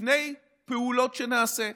לפני פעולות שנעשה.